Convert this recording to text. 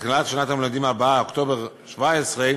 לתחילת שנת הלימודים הבאה, אוקטובר 2017,